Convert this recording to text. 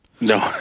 No